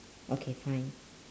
okay fine